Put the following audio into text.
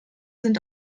sind